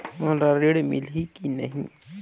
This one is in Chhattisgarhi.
मोला ऋण मिलही की नहीं?